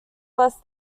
less